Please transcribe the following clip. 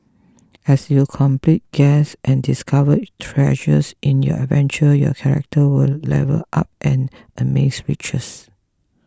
as you complete quests and discover treasures in your adventure your character will level up and amass riches